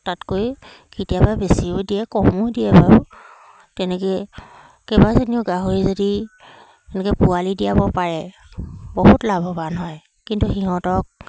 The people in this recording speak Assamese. তাতকৈ কেতিয়াবা বেছিও দিয়ে কমো দিয়ে বাৰু তেনেকৈ কেইবাজনীও গাহৰি যদি তেনেকৈ পোৱালি দিয়াব পাৰে বহুত লাভৱান হয় কিন্তু সিহঁতক